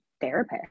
therapist